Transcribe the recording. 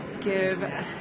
give